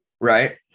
right